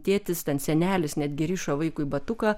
tėtis ten senelis netgi rišo vaikui batuką